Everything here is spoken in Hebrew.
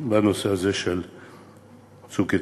בנושא הזה של "צוק איתן".